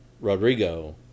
Rodrigo